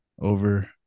over